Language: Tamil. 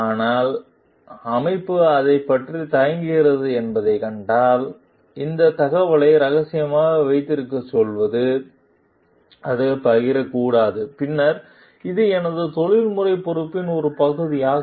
ஆனால் அமைப்பு அதைப் பற்றி தயங்குகிறது என்பதைக் கண்டால் இந்த தகவலை ரகசியமாக வைத்திருக்கச் சொல்வது அதைப் பகிரக்கூடாது பின்னர் இது எனது தொழில்முறை பொறுப்பின் ஒரு பகுதியாகும்